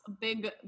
big